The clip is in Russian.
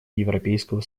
европейского